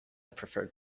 preferred